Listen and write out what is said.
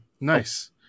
nice